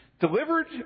delivered